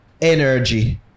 energy